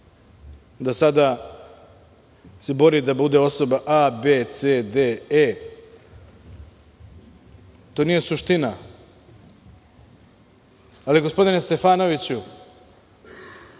da sada se bori da bude osoba A, B, C, D, E. To nije suština. Ali, gospodine Stefanoviću,